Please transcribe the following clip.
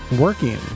Working